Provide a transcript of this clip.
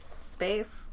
space